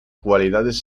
cualidades